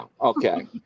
okay